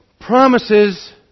promises